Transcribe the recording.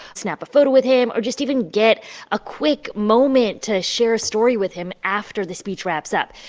snap a photo with him or just even get a quick moment to share a story with him after the speech wraps up.